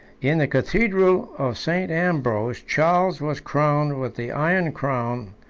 in the cathedral of st. ambrose, charles was crowned with the iron crown,